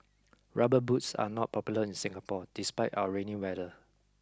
rubber boots are not popular in Singapore despite our rainy weather